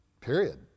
Period